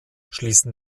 schließen